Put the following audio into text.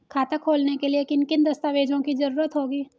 खाता खोलने के लिए किन किन दस्तावेजों की जरूरत होगी?